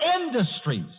industries